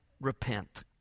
repent